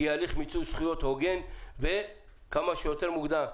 שיהיה הליך מיצוי זכויות הוגן וכמה שיותר מוקדם.